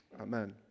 amen